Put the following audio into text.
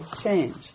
change